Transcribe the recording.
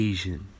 Asian